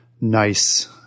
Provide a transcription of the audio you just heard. nice